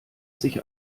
sich